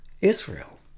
Israel